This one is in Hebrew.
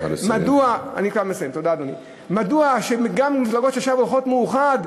מדוע גם מפלגות שעכשיו מאוחדות,